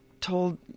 told